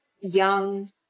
young